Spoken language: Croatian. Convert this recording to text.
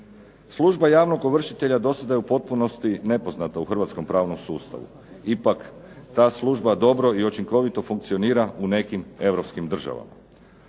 Služba javnog ovršitelja do sada je u potpunosti nepoznata u Hrvatskom pravnom sustavu. Ipak ta služba dobro i učinkovito funkcionira u nekim Europskim državama.